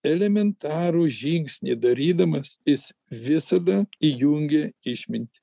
elementarų žingsnį darydamas jis visada įjungia išmintį